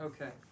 Okay